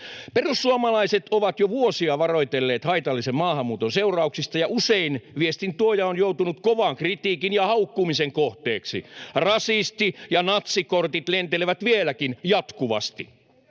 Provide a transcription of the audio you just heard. Perussuomalaiset ovat jo vuosia varoitelleet haitallisen maahanmuuton seurauksista, ja usein viestintuoja on joutunut kovan kritiikin ja haukkumisen kohteeksi, rasisti- ja natsikortit lentelevät vieläkin jatkuvasti.